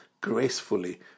gracefully